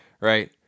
Right